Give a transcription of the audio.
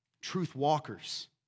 Truth-walkers